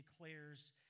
declares